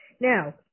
now